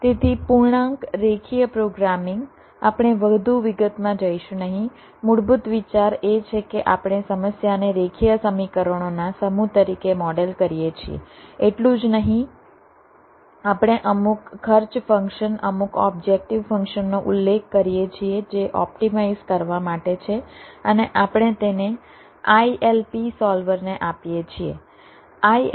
તેથી પૂર્ણાંક રેખીય પ્રોગ્રામિંગ આપણે વધુ વિગતમાં જઈશું નહીં મૂળભૂત વિચાર એ છે કે આપણે સમસ્યાને રેખીય સમીકરણોના સમૂહ તરીકે મોડેલ કરીએ છીએ એટલું જ નહીં આપણે અમુક ખર્ચ ફંક્શન અમુક ઓબ્જેક્ટિવ ફંક્શનનો ઉલ્લેખ કરીએ છીએ જે ઓપ્ટિમાઇઝ કરવા માટે છે અને આપણે તેને ILP સોલ્વર ને આપીએ છીએ